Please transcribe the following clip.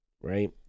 right